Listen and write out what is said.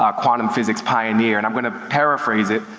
ah quantum physics pioneer, and i'm gonna paraphrase it,